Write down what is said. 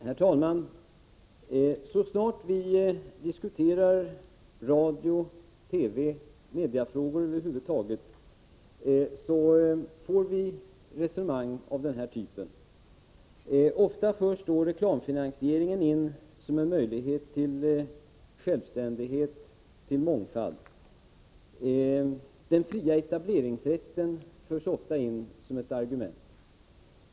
Herr talman! Så snart vi diskuterar radio-, TV eller mediefrågor över huvud taget får vi höra resonemang av den här typen. Ofta framställs reklamfinansieringen som en möjlighet till självständighet och mångfald. Den fria etableringsrätten förs in som ett argument.